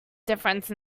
difference